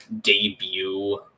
debut